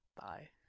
bye